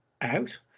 out